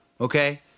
Okay